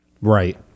right